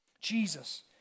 Jesus